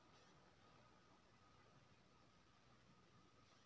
Atal pension Yojana Bharat सरकारक एकटा pension योजना छै